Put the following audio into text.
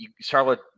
Charlotte